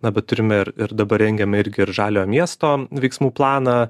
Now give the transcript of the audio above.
na bet turime ir ir dabar rengiame irgi ir žaliojo miesto veiksmų planą